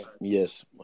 Yes